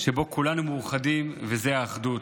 שבו כולנו מאוחדים, וזה האחדות.